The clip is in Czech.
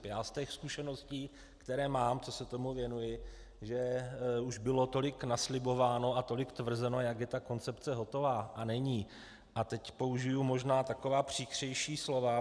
Já z těch zkušeností, které mám, co se tomu věnuji, že už bylo tolik naslibováno a tolik tvrzeno, jak je ta koncepce hotová, a není a teď použiji možná taková příkřejší slova.